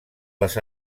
les